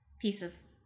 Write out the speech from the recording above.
pieces